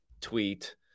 Tweet